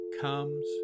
comes